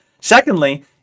Secondly